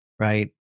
Right